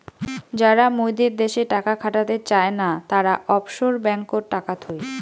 যারা মুইদের দ্যাশে টাকা খাটাতে চায় না, তারা অফশোর ব্যাঙ্ককোত টাকা থুই